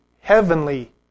heavenly